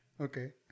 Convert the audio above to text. Okay